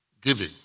giving